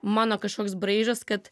mano kažkoks braižas kad